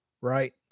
right